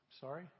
Sorry